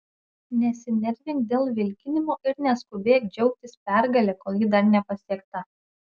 nesinervink dėl vilkinimo ir neskubėk džiaugtis pergale kol ji dar nepasiekta